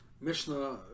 Mishnah